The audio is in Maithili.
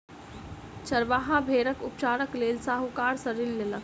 चरवाहा भेड़क उपचारक लेल साहूकार सॅ ऋण लेलक